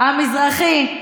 המזרחי,